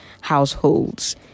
households